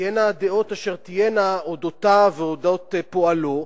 תהיינה אשר תהיינה הדעות על אודותיו ועל אודות פועלו,